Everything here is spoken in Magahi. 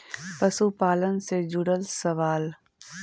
पशुपालन से जुड़ल सवाल?